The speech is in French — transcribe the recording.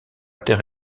terre